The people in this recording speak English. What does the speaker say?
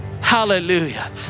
Hallelujah